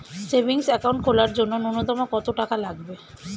Savings account খোলার জন্য নূন্যতম কত টাকা লাগবে?